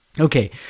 Okay